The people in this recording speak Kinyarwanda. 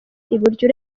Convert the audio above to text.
iburyo